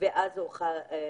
את החברה הערבית-הבדואית בדרום,